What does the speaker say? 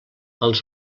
els